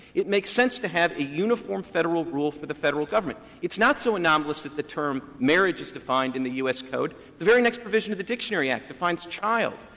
it makes sense to have a uniform federal rule for the federal government. it is not so anomalous that the term marriage is defined in the u s. code. the very next provision of the dictionary act defines child.